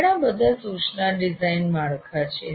ઘણા બધા સૂચના ડિઝાઇન માળખા છે